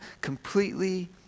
completely